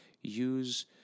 Use